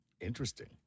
Interesting